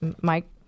Mike